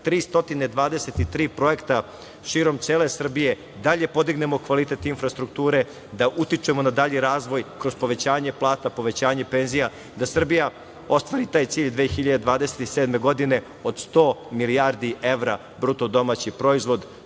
323 projekta širom cele Srbije dalje podignemo kvalitet infrastrukture, da utičemo na dalji razvoj kroz povećanje plata, povećanje penzija, da Srbija ostvari taj cilj 2027. godine od 100 milijardi evra BDP. To je bila